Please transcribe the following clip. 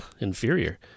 inferior